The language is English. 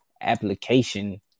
application